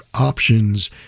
options